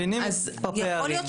אוקיי,